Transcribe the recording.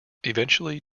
eventually